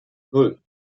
nan